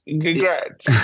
Congrats